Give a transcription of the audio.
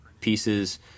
pieces